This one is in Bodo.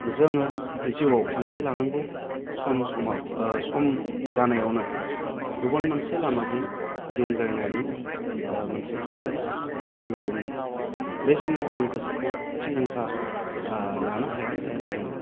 जोङो जिउयाव थांखि लानांगौ सम समाव ओह सम जानायावनो गुबुन मोनसे लामाजों दिंग्रायनायनि ओह मोनसे थासारि फैबाय दंमोन बे समाव आं गोसोखौ थिरांथा ओह लानो हाया हाया जादोंमोन